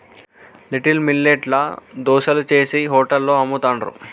little millet ల దోశలు చేశి హోటళ్లలో అమ్ముతాండ్రు